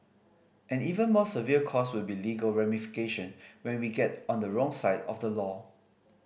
an even more severe cost will be legal ramification when we get on the wrong side of the law